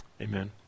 amen